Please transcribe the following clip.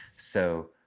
so,